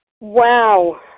Wow